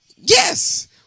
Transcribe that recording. Yes